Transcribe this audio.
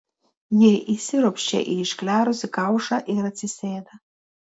jie įsiropščia į išklerusį kaušą ir atsisėda